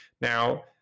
Now